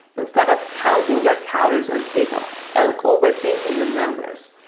instead of counting your calories on keto, and overthinking the numbers,